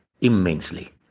immensely